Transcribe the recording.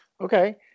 Okay